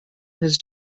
his